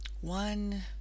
one